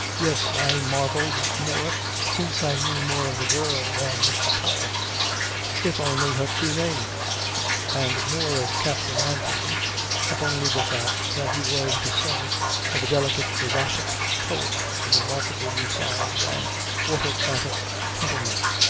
yes, i marvelled more since i knew more of the girl than mr. powell if only her true name and more of captain anthony if only the fact that he was the son of a delicate erotic poet of a markedly refined and autocratic temperament.